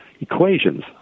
equations